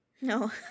No